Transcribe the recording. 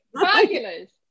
Fabulous